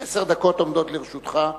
עשר דקות עומדות לרשותך.